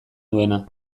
duena